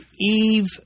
Eve